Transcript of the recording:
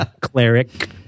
cleric